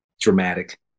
dramatic